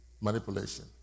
manipulation